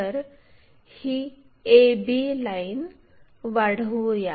तर ही a b line वाढवूया